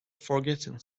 forgetting